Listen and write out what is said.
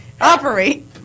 operate